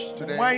today